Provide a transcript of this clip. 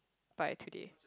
by today